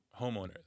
homeowners